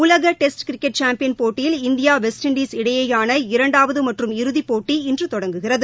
உலக test cricket champion போட்டியில் India West Indies இடையேயான இரண்டாவது மற்றும் இறுதிப் போட்டி இன்று தொடங்குகிறது